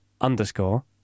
underscore